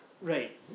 Right